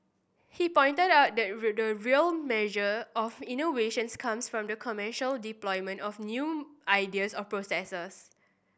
he pointed out that the real measure of innovations comes from the commercial deployment of new ideas or processes